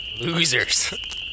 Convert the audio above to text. Losers